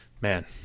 Man